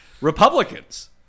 Republicans